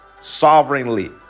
sovereignly